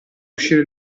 uscire